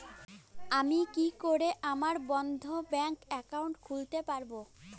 আমি কি করে আমার বন্ধ ব্যাংক একাউন্ট খুলতে পারবো?